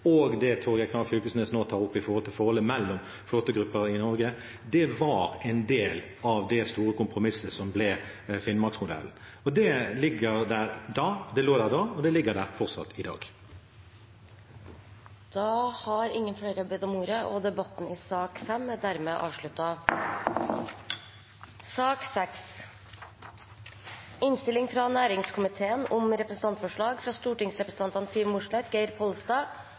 det representanten Torgeir Knag Fylkesnes nå tar opp om forholdet mellom flåtegrupper i Norge, var en del av det store kompromisset som ble Finnmarks-modellen. Det lå der da, og det ligger der fortsatt i dag. Flere har ikke bedt om ordet til sak nr. 5. Etter ønske fra næringskomiteen